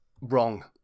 wrong